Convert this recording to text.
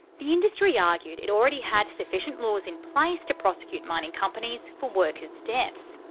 the industry argued it already had sufficient laws in place to prosecute mining companies for workers' deaths.